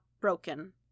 broken